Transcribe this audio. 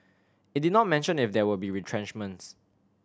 it did not mention if there will be retrenchments